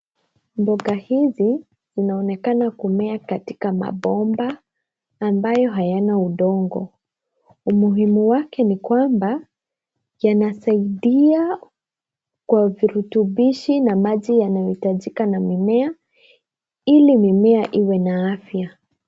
Mboga hizi zinaonekana kumea katika mabomba ambayo hayana udongo . Umuhimu wake ni kwamba, yanasaidia kwa urutubishi na maji yananyohitajika na mimea, ili mimea iwe na afya.